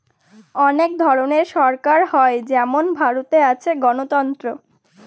অনেক ধরনের সরকার হয় যেমন ভারতে আছে গণতন্ত্র